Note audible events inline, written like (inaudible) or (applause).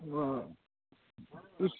(unintelligible)